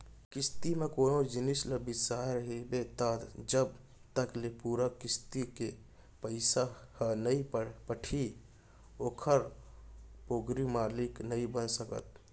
किस्ती म कोनो जिनिस ल बिसाय रहिबे त जब तक ले पूरा किस्ती के पइसा ह नइ पटही ओखर पोगरी मालिक नइ बन सकस